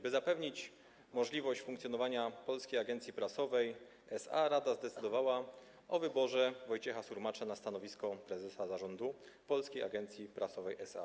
By zapewnić możliwość funkcjonowania Polskiej Agencji Prasowej SA, rada zdecydowała o wyborze Wojciecha Surmacza na stanowisko prezesa Zarządu Polskiej Agencji Prasowej SA.